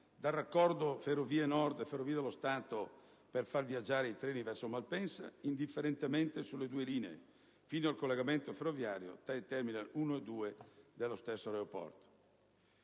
dal raccordo tra Ferrovie Nord e Ferrovie dello Stato per far viaggiate i treni verso Malpensa indifferentemente sulle due linee; fino al collegamento ferroviario tra i Terminal 1 e 2 dello stesso aeroporto.